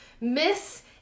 Miss